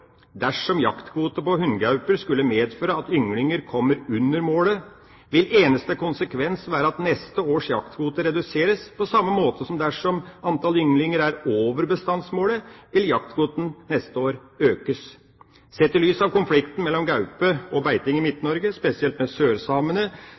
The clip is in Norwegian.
Dersom jaktkvote på hunngauper skulle medføre at antall ynglinger kommer under målet, vil eneste konsekvens være at neste års jaktkvote reduseres, på samme måte som dersom antall ynglinger er over bestandsmålet, vil jaktkvoten neste år økes. Sett i lys av konflikten mellom gaupe og beiting i